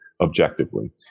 objectively